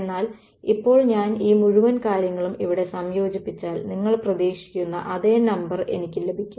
എന്നാൽ ഇപ്പോൾ ഞാൻ ഈ മുഴുവൻ കാര്യങ്ങളും ഇവിടെ സംയോജിപ്പിച്ചാൽ നിങ്ങൾ പ്രതീക്ഷിക്കുന്ന അതേ നമ്പർ എനിക്ക് ലഭിക്കും